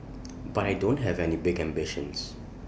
but I don't have any big ambitions